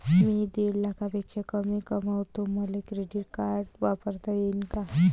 मी दीड लाखापेक्षा कमी कमवतो, मले क्रेडिट कार्ड वापरता येईन का?